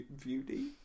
beauty